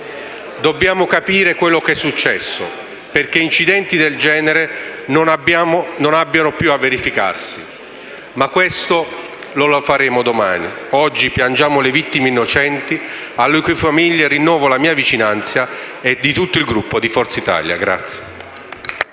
Dobbiamo capire quello che è successo perché incidenti del genere non abbiano più a verificarsi, ma questo lo faremo domani. Oggi piangiamo le vittime innocenti, alle cui famiglie rinnovo la mia vicinanza e quella di tutto il Gruppo di Forza Italia.